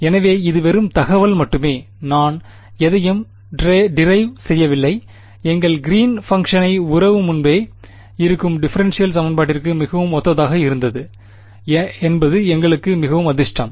எனவே இது வெறும் தகவல் மட்டுமே நான் எதையும் டிரைவ் செய்யவில்லை எங்கள் கிறீன் பங்க்ஷன் உறவு முன்பே இருக்கும் டிஃபரென்ஷியல் சமன்பாட்டிற்கு மிகவும் ஒத்ததாக இருந்தது என்பது எங்களுக்கு மிகவும் அதிர்ஷ்டம்